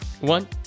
one